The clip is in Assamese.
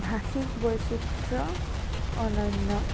ভাষীক বৈচিত্ৰ্য অনন্য